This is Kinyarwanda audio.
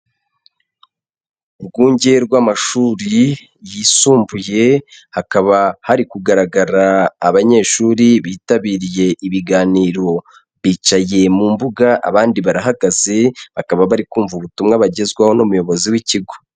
Urwunge rw'amashuri yisumbuye, hakaba hari kugaragara abanyeshuri bitabiriye ibiganiro. Bicaye mu mbuga, abandi barahagaze, bakaba bari kumva ubutumwa bagezwaho n'umuyobozi w'ikigo.